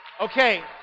Okay